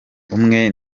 umwe